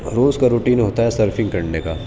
روز کا روٹین ہوتا ہے سرفنگ کرنے کا